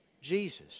Jesus